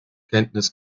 kenntnis